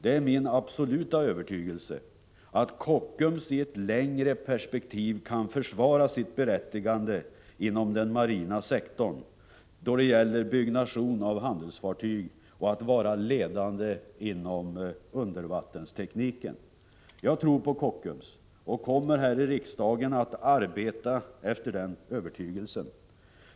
Det är min absoluta övertygelse att Kockums i ett längre perspektiv kan försvara sitt berättigande inom den marina sektorn då det gäller att bygga handelsfartyg och att vara ledande inom undervattenstekniken. Jag tror på Kockums, och jag kommer här i riksdagen att arbeta efter den övertygelsen.